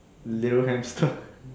little hamster